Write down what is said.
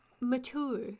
Mature